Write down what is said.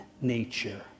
nature